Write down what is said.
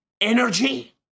energy